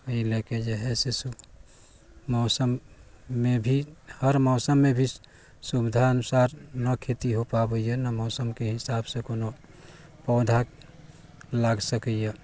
एहि लेके जे हइ मौसममे भी हर मौसममे भी सुविधा अनुसार ना खेती हो पाबैए ना मौसमके हिसाबसँ कोनो पौधा लागि सकैए